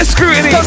scrutiny